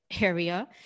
area